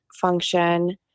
function